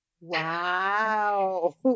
Wow